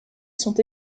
sont